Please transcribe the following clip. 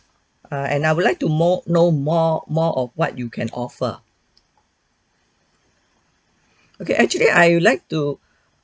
uh and I would like to more know more more of what you can offer okay actually I would like to